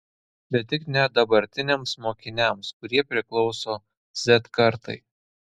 bet tik ne dabartiniams mokiniams kurie priklauso z kartai